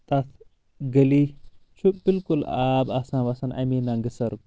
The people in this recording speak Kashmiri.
تتھ گلی چھُ بالکُل آب آسان وسان امے ننگہٕ سرُک